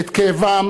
את כאבם